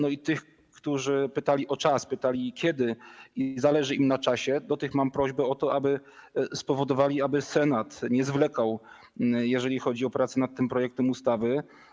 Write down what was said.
Do tych, którzy pytali o czas, pytali kiedy, bo zależy im na czasie, mam prośbę o to, żeby spowodowali, aby Senat nie zwlekał, jeżeli chodzi o prace nad tym projektem ustawy.